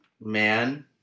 man